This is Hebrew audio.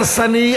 הרסני,